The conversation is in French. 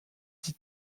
dix